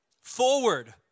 Forward